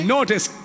Notice